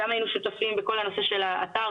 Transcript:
אכננו גם היינו שותפים בנושא של האתר